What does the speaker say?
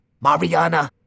Mariana